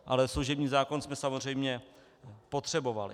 Ale služební zákon jsme samozřejmě potřebovali.